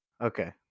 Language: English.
Okay